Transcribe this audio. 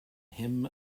him